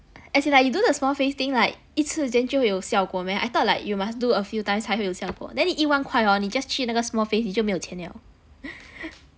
as in like you do the small face thing like 一次 then 就会有效果 meh I thought like you must do a few times 才会有效果 then 你一万块 hor 你 just 去那个 small face 你就没有钱了